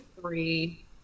three